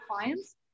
clients